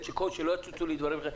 שלא יצוצו לי דברים אחרים,